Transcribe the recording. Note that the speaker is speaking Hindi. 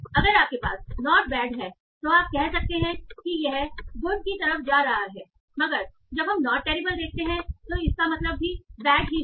अगर आपके पास नॉट बैड हैतो आप कह सकते हैं कि यह गुड की तरफ जा रहा है मगर जब हम नॉट टेरिबल देखते हैं तो इसका मतलब भी बैड ही है